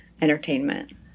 entertainment